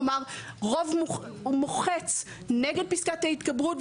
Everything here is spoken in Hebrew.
כלומר רוב מוחץ נגד פסקת ההתגברות,